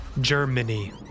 Germany